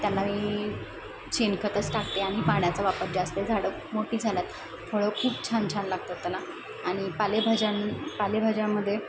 त्यांना मी शेणखतच टाकते आणि पाण्याचा वापर जास्त झाडं मोठी झाली आहेत फळं खूप छान छान लागतात त्याला आणि पालेभाज्या पालेभाज्यांमध्ये